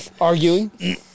arguing